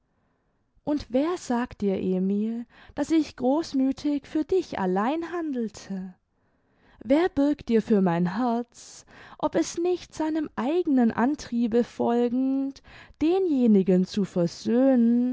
und wer sagt dir emil daß ich großmüthig für dich allein handelte wer bürgt dir für mein herz ob es nicht seinem eigenen antriebe folgend denjenigen zu versöhnen